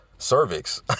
cervix